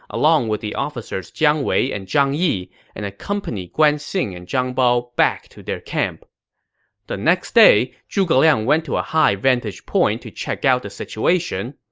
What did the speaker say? along with the officers jiang wei and zhang yi and accompanied guan xing and zhang bao back to their camp the next day, zhuge liang went to a high vantage point to check out the situation.